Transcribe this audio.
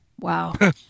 Wow